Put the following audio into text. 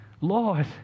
Lord